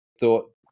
Thought